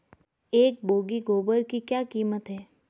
एक बोगी गोबर की क्या कीमत है?